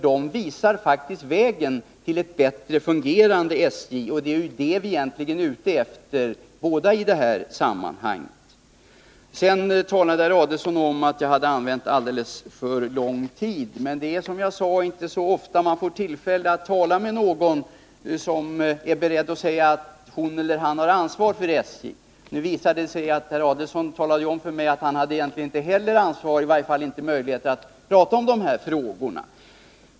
De visar faktiskt vägen till ett bättre fungerande SJ, och det är ju det vi är ute efter båda två i detta sammanhang. Herr Adelsohn talade om att jag hade använt alldeles för lång tid. Men det Nr 49 är, som jag sade, inte så ofta man får tillfälle att tala med någon som har ansvar för SJ. Nu talade herr Adelsohn om för mig att han egentligen inte heller hade ansvaret, i varje fall inte möjligheter att diskutera de här frågorna.